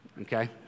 okay